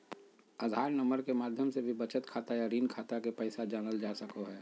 आधार number के माध्यम से भी बचत खाता या ऋण खाता के पैसा जानल जा सको हय